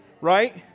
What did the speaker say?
right